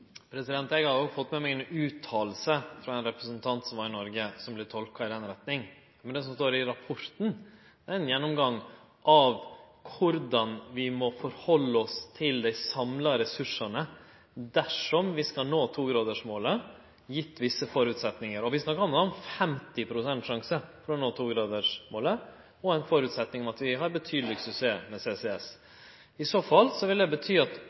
klimaet? Eg har òg fått med meg ei utsegn frå ein representant som var i Noreg, som vart tolka i den retninga, men det som står i rapporten, er ein gjennomgang av korleis vi må sjå på dei samla ressursane dersom vi skal nå togradersmålet, gitt visse føresetnader. Vi snakkar om 50 pst. sjanse for å nå togradersmålet og ein føresetnad om at vi har betydeleg suksess med CCS. I så fall vil det bety at